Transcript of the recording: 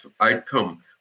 outcome